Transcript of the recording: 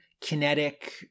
kinetic